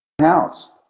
house